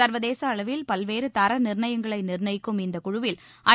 சா்வதேச அளவில் பல்வேறு தர நிாணயங்களை நிாணயிக்கும் இந்தக் குழுவில் ஐ